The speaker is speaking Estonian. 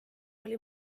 oli